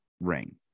ring